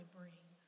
bring